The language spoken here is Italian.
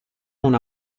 una